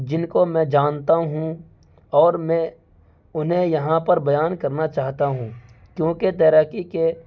جن کو میں جانتا ہوں اور میں انہیں یہاں پر بیان کرنا چاہتا ہوں کیونکہ تیراکی کے